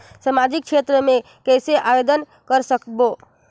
समाजिक क्षेत्र मे कइसे आवेदन कर सकबो?